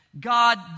God